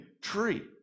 tree